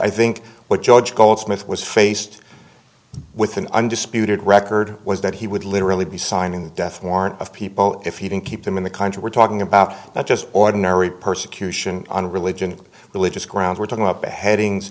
i think what judge goldsmith was faced with an undisputed record was that he would literally be signing the death warrant of people if he didn't keep them in the country we're talking about not just ordinary persecution on religion religious grounds we're talking about beheadings